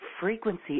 frequency